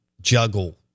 juggle